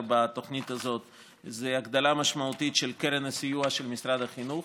בתוכנית הזאת היא הגדלה משמעותית של קרן הסיוע של משרד החינוך,